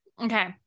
Okay